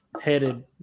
headed